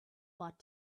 bought